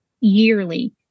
yearly